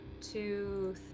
two